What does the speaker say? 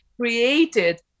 created